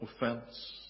offense